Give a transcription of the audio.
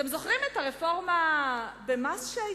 אתם זוכרים את הרפורמה שהיתה במס?